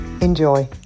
Enjoy